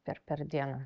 per per dieną